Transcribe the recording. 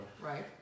Right